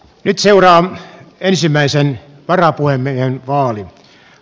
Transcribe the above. nyt seuraa ensimmäisen varapuhemiehen vaali